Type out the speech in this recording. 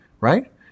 right